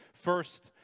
First